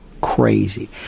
crazy